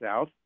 south